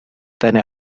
deine